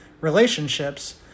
relationships